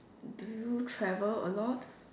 do you travel a lot